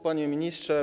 Panie Ministrze!